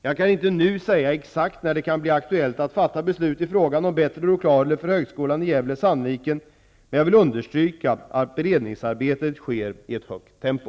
Jag kan inte nu säga exakt när det kan bli aktuellt att fatta beslut i frågan om bättre lokaler för Högskolan i Gävle/Sandviken men vill understryka att beredningsarbetet sker i ett högt tempo.